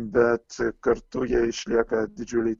bet kartu jie išlieka didžiuliai